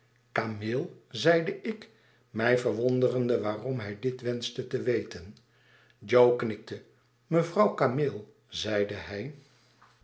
kameel zeide ik mij verwonderende waarom hij dit wenschte te weten jo knikte mevrouw kameel zeide hij